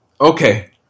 Okay